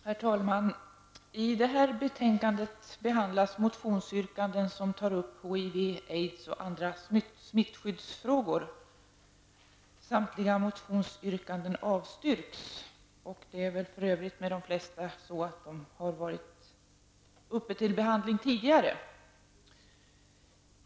Herr talman! I detta betänkande behandlas motionsyrkanden som tar upp HIV/aids och andra smittskyddsfrågor. Samtliga motionsyrkanden avstyrks. De flesta frågor har för övrigt varit uppe till behandling tidigare.